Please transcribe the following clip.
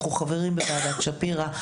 אנחנו חברים בוועדת שפירא.